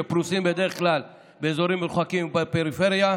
שפרוסים בדרך כלל באזורים מרוחקים בפריפריה,